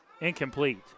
Incomplete